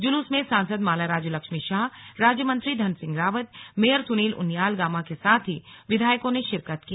जूलूस में सांसद माला राज्य लक्ष्मी शाह राज्य मंत्री धनसिंह रावत मेयर सुनील उनियाल गामा के साथ ही विधायकों ने शिकरत की